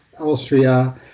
Austria